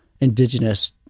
indigenous